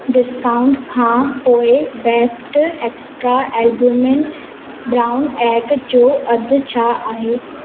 discount खां पोइ best extra albumin brown egg जो अघु छा आहे